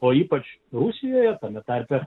o ypač rusijoje tame tarpe